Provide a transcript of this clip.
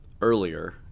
earlier